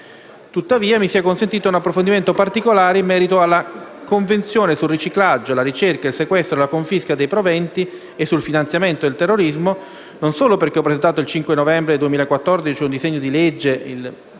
Tuttavia, mi sia consentito un approfondimento particolare in merito alla Convenzione sul riciclaggio, la ricerca, il sequestro e la confisca dei proventi e sul finanziamento del terrorismo, non solo perché ho presentato il 5 novembre 2014 il disegno di legge n.